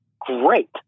great